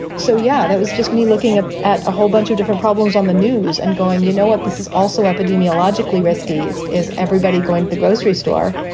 so, yeah, that was just me looking at at a whole bunch of different problems on the news and going, you know what? this is also epidemiologically riskiest. is everybody going to the grocery store?